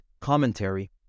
commentary